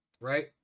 Right